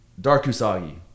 Darkusagi